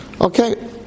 Okay